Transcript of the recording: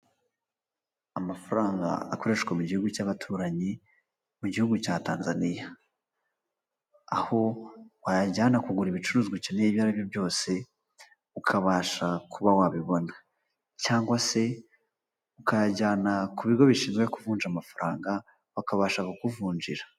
Amafaranga akoreshwa mu gihugu cy'abaturanyi, mu gihugu cya Tanzaniya, aho wayajyana kugura ibicuruzwa bikeneye ibyo aribyo byose, ukabasha kuba wabibona cyangwa se ukayajyana ku bigo bishinzwe kuvunja amafaranga bakabasha kukuvunjira.